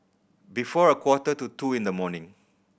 before a quarter to two in the morning